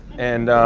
and